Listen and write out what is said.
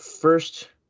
first